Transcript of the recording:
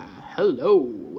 Hello